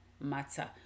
matter